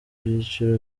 byiciro